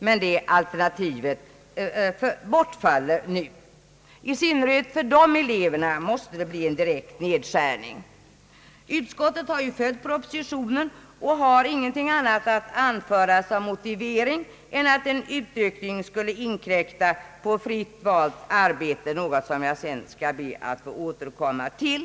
Men det alternativet bortfaller nu. I synnerhet för dessa elever måste det bli en direkt nedskärning. Utskottet har följt propositionen och har ingenting annat att anföra som motivering än att en utökning skulle inkräkta på »fritt valt arbete», vilket jag senare skall be att få återkomma till.